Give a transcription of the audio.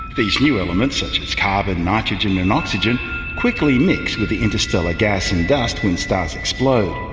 these new elements such as carbon, nitrogen and oxygen quickly mix with the interstellar gas and dust when stars explode,